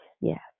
Yes